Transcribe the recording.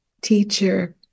teacher